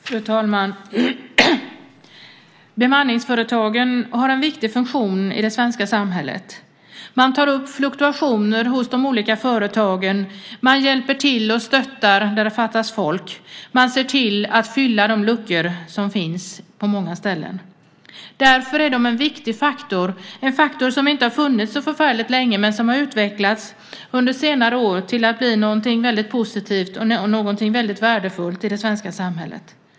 Fru talman! Bemanningsföretagen har en viktig funktion i det svenska samhället. Man tar upp fluktuationen hos de olika företagen, hjälper till och stöttar där det fattas folk och ser till att fylla de luckor som finns på många ställen. Därför är de en viktig faktor som inte har funnits så förfärligt länge men som under senare år har utvecklats till någonting väldigt positivt och värdefullt i det svenska samhället.